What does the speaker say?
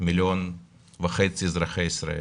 מיליון וחצי אזרחי ישראל,